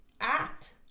Act